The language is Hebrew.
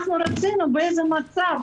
רצינו לדעת באיזה מצב